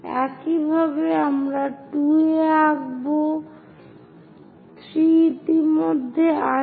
একইভাবে আমরা 2 এ আঁকব 3 ইতিমধ্যে আছে